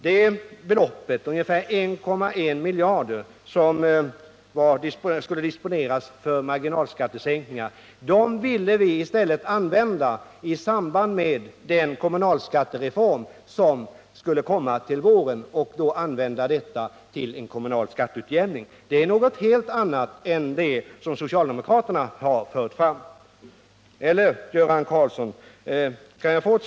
Det belopp på ungefär 1,1 miljarder som skulle disponeras för marginalskattesänkningar ville vi i stället använda till en kommunal skatteutjämning i samband med den kommunalskattereform som skulle genomföras till våren. Det är något helt annat än det som socialdemokraterna har fört fram.